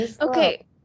Okay